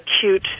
acute